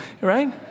right